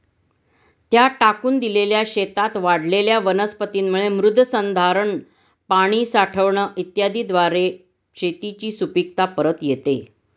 त्या टाकून दिलेल्या शेतात वाढलेल्या वनस्पतींमुळे मृदसंधारण, पाणी साठवण इत्यादीद्वारे शेताची सुपीकता परत येते